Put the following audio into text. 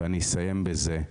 ואני אסיים בזה.